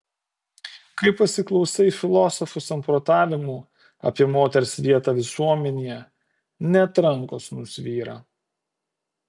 kai pasiklausai filosofų samprotavimų apie moters vietą visuomenėje net rankos nusvyra